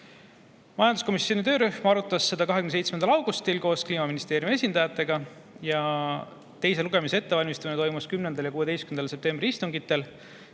Majanduskomisjoni töörühm arutas eelnõu 27. augustil koos Kliimaministeeriumi esindajatega. Teise lugemise ettevalmistamine toimus 10. ja 16. septembri istungil,